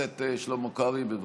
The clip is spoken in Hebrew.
חבר הכנסת שלמה קרעי, בבקשה.